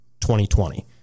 2020